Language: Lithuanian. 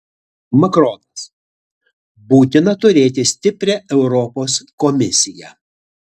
makronas būtina turėti stiprią europos komisiją